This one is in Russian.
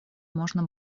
можно